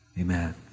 Amen